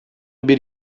bir